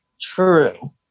True